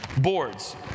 boards